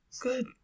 Good